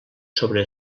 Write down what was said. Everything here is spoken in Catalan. sobre